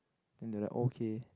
then they like okay